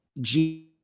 G-